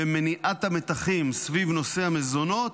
ומניעת המתחים סביב נושא המזונות